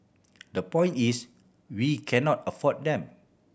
the point is we cannot afford them